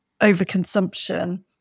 overconsumption